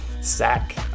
Sack